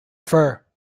fur